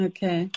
Okay